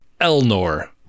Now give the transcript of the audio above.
Elnor